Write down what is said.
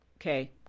okay